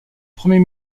premier